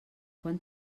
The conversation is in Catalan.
quan